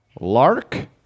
Lark